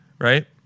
right